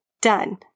done